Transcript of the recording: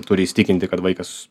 turi įsitikinti kad vaikas